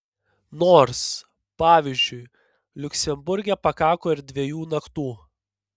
nors pavyzdžiui liuksemburge pakako ir dviejų naktų